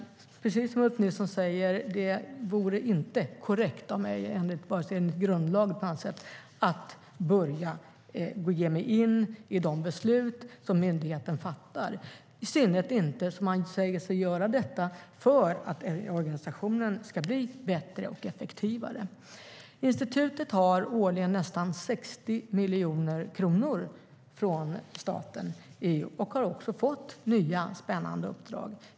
Precis som Ulf Nilsson säger vore det inte korrekt av mig vare sig enligt grundlagen eller på annat sätt att lägga mig i de beslut som myndigheten fattar, i synnerhet inte som man säger sig göra detta för att organisationen ska bli bättre och effektivare. Institutet får årligen nästan 60 miljoner kronor från staten och har fått nya och spännande uppdrag.